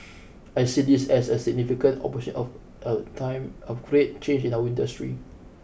I see this as a significant opportune of a time of great change in our industry